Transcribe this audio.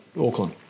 Auckland